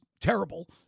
terrible